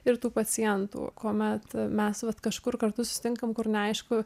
ir tų pacientų kuomet mes va kažkur kartu susitinkam kur neaišku